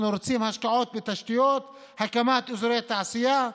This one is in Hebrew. אנחנו רוצים השקעות בתשתיות, הקמת אזורי תעשייה,